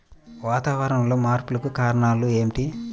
వాతావరణంలో మార్పులకు కారణాలు ఏమిటి?